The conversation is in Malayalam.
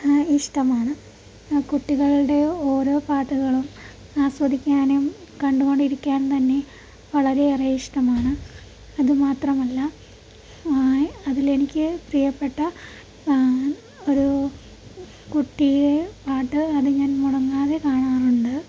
ഇഷ്ടമാണ് കുട്ടികളുടെ ഓരോ പാട്ടുകളും ആസ്വദിക്കാനും കണ്ടു കൊണ്ടിരിക്കാൻ തന്നെ വളരെയേറെ ഇഷ്ടമാണ് അതുമാത്രമല്ല അതിലെനിക്ക് പ്രിയപ്പെട്ട ഒരു കുട്ടിയുടെ പാട്ട് അത് ഞാൻ മുടങ്ങാതെ കാണാറുണ്ട്